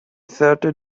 thirty